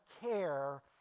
care